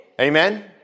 Amen